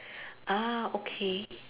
ah okay